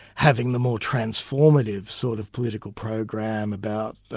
having the more transformative sort of political program about